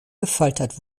gefoltert